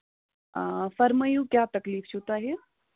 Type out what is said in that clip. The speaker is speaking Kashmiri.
آ فرمٲیو کیاہ تَکلیٖف چھُو تۄہہِ